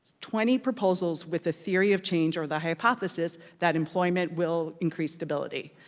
twenty proposals with the theory of change or the hypothesis that employment will increase stability,